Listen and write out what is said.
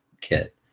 kit